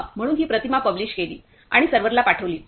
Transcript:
हं म्हणून ही प्रतिमा पब्लिष केली आणि सर्व्हरला पाठविली